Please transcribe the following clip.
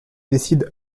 décide